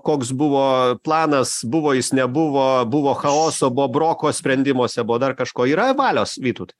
koks buvo planas buvo jis nebuvo buvo chaoso buvo broko sprendimuose buvo dar kažko yra valios vytautai